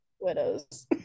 widows